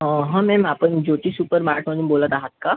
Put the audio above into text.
हं मॅम आपण ज्योती सुपरमार्टमधून बोलत आहात का